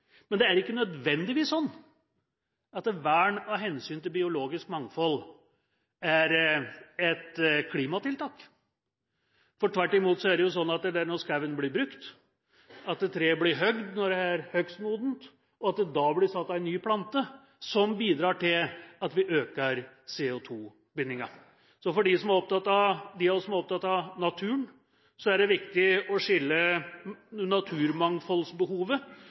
er det ikke nødvendigvis slik at vern og hensyn til biologisk mangfold er et klimatiltak. Tvert imot er det slik at det er det at skogen blir brukt, at treet blir hogd når det er hogstmodent, og at det da blir satt en ny plante som bidrar til at vi øker CO2-bindingen. For dem av oss som er opptatt av naturen, er det viktig å skille naturmangfoldsbehovet